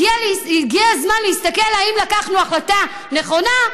הגיע הזמן להסתכל: האם לקחנו החלטה נכונה?